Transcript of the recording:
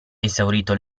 esaurito